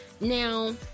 Now